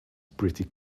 pretty